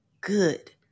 good